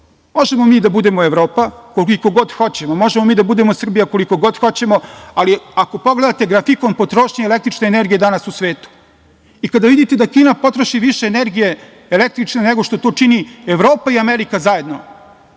sveta. Možemo mi da budemo Evropa koliko god hoćemo, možemo mi da budemo Srbija koliko god hoćemo, ali ako pogledate grafikon potrošnje električne energije danas u svetu i kada vidite da Kina potroši više električne energije nego što to čine Evropa i Amerika zajedno,